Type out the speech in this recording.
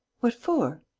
what for?